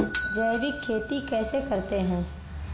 जैविक खेती कैसे करते हैं?